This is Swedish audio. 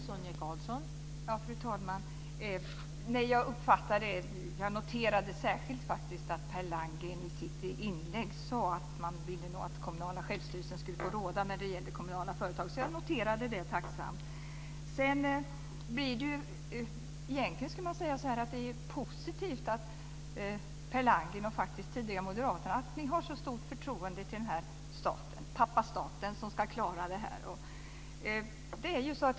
Fru talman! Jag noterade särskilt att Per Landgren i sitt inlägg sade att man ville att den kommunala självstyrelsen skulle råda när det gäller kommunala företag. Jag noterade det som sagt tacksamt. Egentligen ska man säga att det är positivt att Per Landgren och tidigare faktiskt även moderaterna har ett så stort förtroende till staten, pappa staten som ska klara detta.